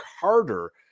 harder